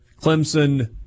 Clemson